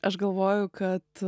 aš galvoju kad